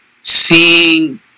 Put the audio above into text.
seeing